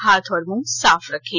हाथ और मुंह साफ रखें